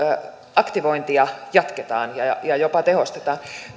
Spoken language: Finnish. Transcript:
aktivointia jatketaan ja ja jopa tehostetaan